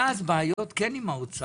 היה אז בעיות גם כן עם האוצר.